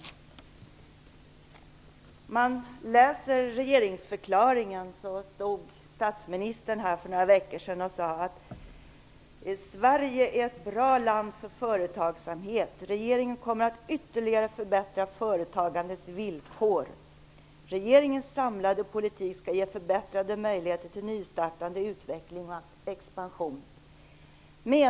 Statsministern stod här för några veckor sedan och läste upp regeringsförklaringen. Han sade då att Sverige är ett bra land för företagsamhet, och att regeringen ytterligare skulle förbättra företagandets villkor. Regeringens samlade politik skulle ge förbättrade möjligheter till nystartande, utveckling och expansion, sade han.